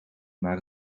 maar